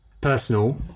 personal